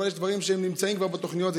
אבל יש דברים שכבר נמצאים בתוכניות.